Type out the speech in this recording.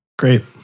Great